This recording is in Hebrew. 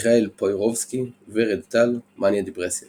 מיכאל פוירובסקי, ורד טל, מאניה-דפרסיה